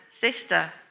sister